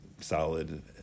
solid